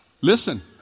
Listen